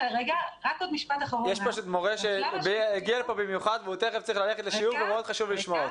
יש מורה שהגיע במיוחד ואני רוצה לשמוע אותו.